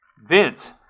Vince